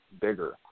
bigger